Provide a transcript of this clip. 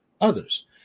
others